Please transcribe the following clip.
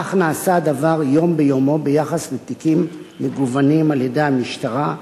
כך נעשה הדבר יום ביומו ביחס לתיקים מגוונים על-ידי המשטרה,